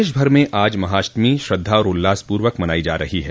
प्रदेश भर में आज महाअष्टमी श्रद्धा और उल्लासपूर्वक मनायी जा रही है